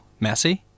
Messi